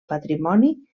patrimoni